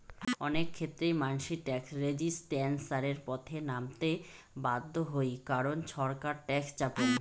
অনেক ক্ষেত্রেই মানসি ট্যাক্স রেজিস্ট্যান্সের পথে নামতে বাধ্য হই কারণ ছরকার ট্যাক্স চাপং